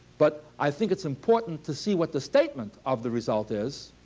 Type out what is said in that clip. but i think it's important to see what the statement of the result is.